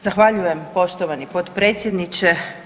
Zahvaljujem poštovani potpredsjedniče.